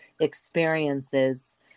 experiences